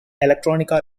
electronica